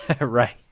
Right